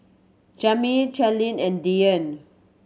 Jaimie Charleen and Dyan